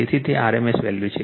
તેથી તે rms value છે